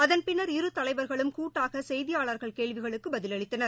அதன் பின்னர் இரு தலைவர்களும் கூட்டாக செய்தியாளர்கள் கேள்விகளுக்கு பதிலளித்தளர்